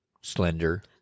slender